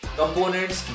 components